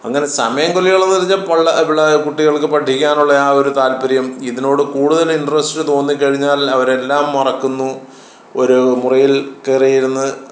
അങ്ങനെ സമയം കൊല്ലികൾ എന്ന് പറഞ്ഞാൽ പിള്ളേർ കുട്ടികൾക്ക് പഠിക്കാനുള്ള ആ ഒരു താല്പര്യം ഇതിനോട് കൂടുതൽ ഇൻട്രസ്റ്റ് തോന്നി കഴിഞ്ഞാൽ അവരെല്ലാം മറക്കുന്നു ഒരു മുറിയിൽ കയറി ഇരുന്ന്